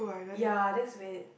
ya that's when